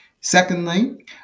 Secondly